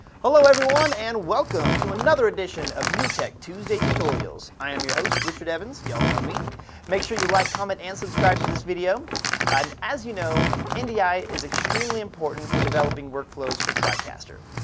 hello everyone and welcome to another edition of newtek tuesday tutorials. i am your host richard evans you all know me make sure you like comment and subscribe to this video and as you know and ndi is extremely important for developing workflows for tricaster.